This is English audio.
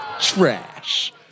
trash